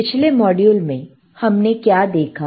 पिछले मॉड्यूल में हमने क्या देखा